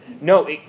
No